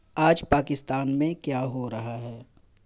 آج پاکستان میں کیا ہو رہا ہے